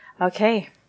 Okay